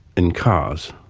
in cars.